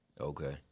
Okay